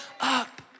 up